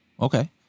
okay